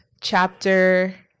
chapter